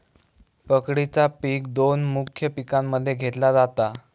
पकडीचा पिक दोन मुख्य पिकांमध्ये घेतला जाता